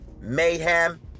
mayhem